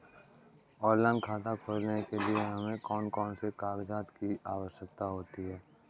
Online खाता खोलने के लिए हमें कौन कौन से कागजात की आवश्यकता होती है?